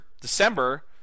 December